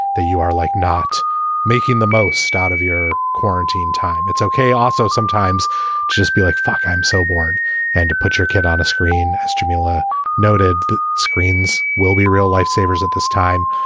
you are like not making the most start of your quarantine time. it's okay. also sometimes just be like, fuck, i'm so bored and to put your kid on a screen. esther mula noted screens will be real life savers at this time.